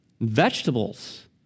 vegetables